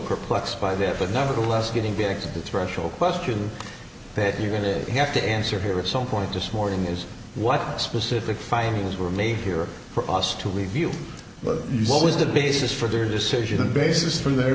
perplexed by that but nevertheless getting back to the threshold question that you're going to have to answer here at some point this morning is what specific findings were made here for us to review but what was the basis for their decision the basis for their